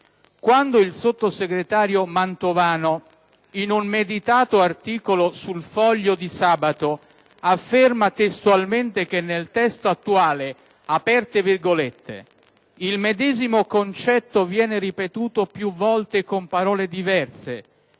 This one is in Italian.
Quando il sottosegretario Mantovano, in un meditato articolo su «il Foglio» di sabato scorso, afferma testualmente che nel testo attuale «il medesimo concetto viene ripetuto più volte con parole diverse,